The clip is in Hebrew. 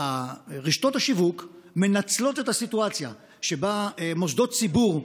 שרשתות השיווק מנצלות את הסיטואציה שבה מוסדות ציבור,